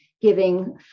giving